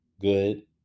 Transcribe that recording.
good